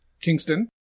Kingston